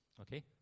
Okay